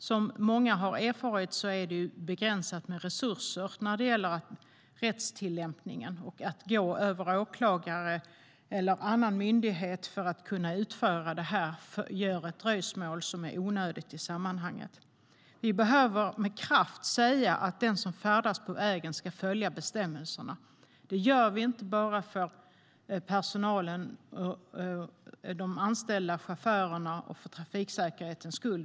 Som många har erfarit är det begränsat med resurser när det gäller rättstillämpningen. Att gå över åklagare eller annan myndighet innebär ett dröjsmål som är onödigt i sammanhanget. Vi behöver med kraft säga att den som färdas på vägen ska följa bestämmelserna. Det gör vi inte bara för de anställda chaufförernas och trafiksäkerhetens skull.